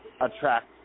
attract